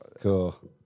Cool